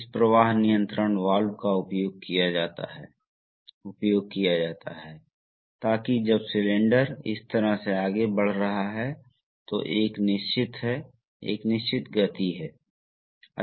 hydraulic circuit को अक्सर चक्रीय गति को निष्पादित करने की आवश्यकता होती है अर्थात मान लें कि आपके पास एक सिलेंडर है जो इसे विस्तारित करेगा यह लोड को धक्का देगा और यह वापस आ जाएगा ठीक है